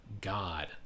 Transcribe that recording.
God